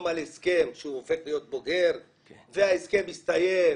על הסכם שהוא הופך להיות בוגר וההסכם הסתיים,